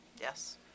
Yes